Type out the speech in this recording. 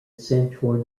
centroid